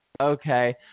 okay